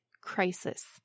crisis